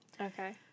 Okay